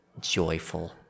joyful